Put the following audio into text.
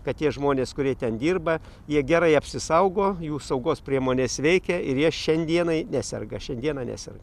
kad tie žmonės kurie ten dirba jie gerai apsisaugo jų saugos priemonės veikia ir jie šiandienai neserga šiandieną neserga